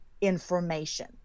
information